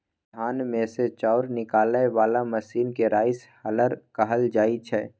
धान मे सँ चाउर निकालय बला मशीन केँ राइस हलर कहल जाइ छै